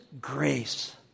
Grace